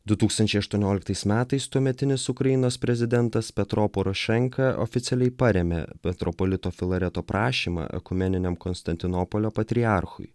du tūkstančiai aštuonioliktais metais tuometinis ukrainos prezidentas petro porošenka oficialiai parėmė metropolito filareto prašymą ekumeniniam konstantinopolio patriarchui